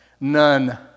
None